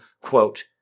quote